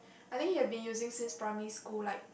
I think he have been using since primary school like